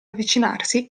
avvicinarsi